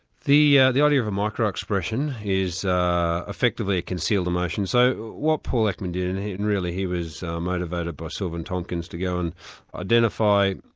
the ah the idea of a microexpression is effectively a concealed emotion. so what paul ekman did, and and really he was motivated by silvan tomkins to go and identify